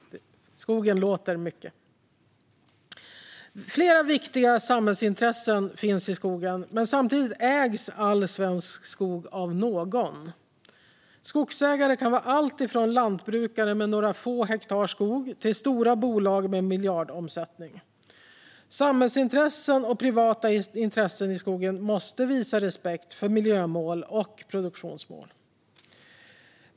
Skogen låter mycket! Flera viktiga samhällsintressen finns i skogen, men samtidigt ägs all svensk skog av någon. Skogsägare kan vara alltifrån lantbrukare med några få hektar skog till stora bolag med miljardomsättning. Samhällsintressen och privata intressen i skogen måste visa respekt för miljömål och produktionsmål.